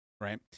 right